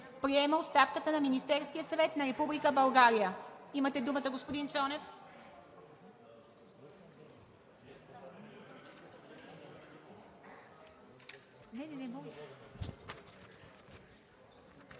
Приема оставката на Министерския съвет на Република България“. Имате думата, господин Цонев.